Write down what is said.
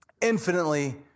Infinitely